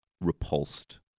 repulsed